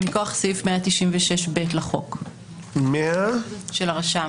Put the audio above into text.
סעיף 196ב לחוק, של הרשם.